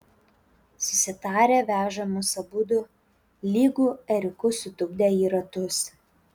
susitarę veža mus abudu lygu ėriukus sutupdę į ratus